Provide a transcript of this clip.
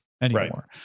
anymore